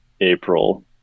April